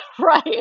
right